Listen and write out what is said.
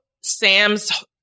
Sam's